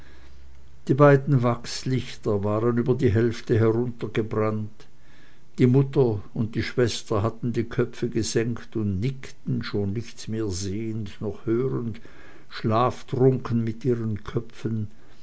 die beiden wachslichter waren über die hälfte heruntergebrannt die mutter und die schwester hatten die köpfe gesenkt und nickten schon nichts mehr sehend noch hörend schlaftrunken mit ihren köpfen